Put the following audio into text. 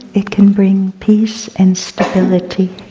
it can bring peace and stability.